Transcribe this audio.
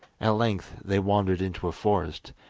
at length they wandered into a forest,